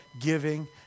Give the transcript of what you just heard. giving